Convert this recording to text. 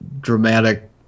dramatic